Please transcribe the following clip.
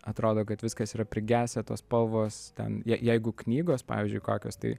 atrodo kad viskas yra prigesę tos spalvos ten je jeigu knygos pavyzdžiui kokios tai